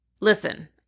Listen